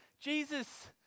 Jesus